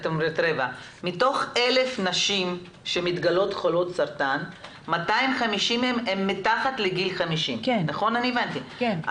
מתוך 1,000 נשים שמתגלות כחולות סרטן 250 הן מתחת לגיל 50. אז